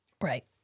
Right